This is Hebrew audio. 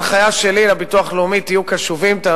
ההנחיה שלי לביטוח הלאומי: תהיו קשובים,